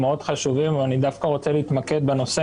מאוד חשובים ואני דווקא רוצה להתמקד בנושא,